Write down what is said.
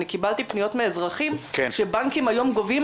אני קיבלתי פניות מאזרחים שהבנקים היום גובים